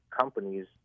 companies